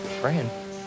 praying